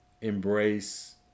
embrace